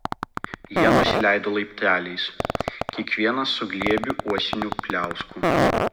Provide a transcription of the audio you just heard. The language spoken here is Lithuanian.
jie nusileido laipteliais kiekvienas su glėbiu uosinių pliauskų